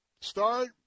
start